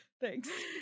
Thanks